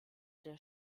der